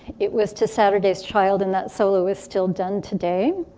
it was to saturdays child and that solo is still done today.